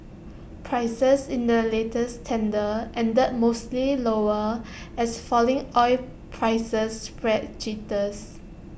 prices in the latest tender ended mostly lower as falling oil prices spread jitters